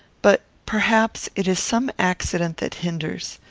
but, perhaps, it is some accident that hinders.